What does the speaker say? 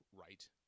right